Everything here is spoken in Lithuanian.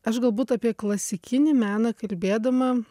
aš galbūt apie klasikinį meną kalbėdama